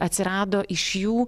atsirado iš jų